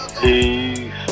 Peace